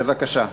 בבקשה.